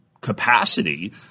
capacity